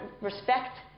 respect